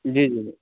जी जी जी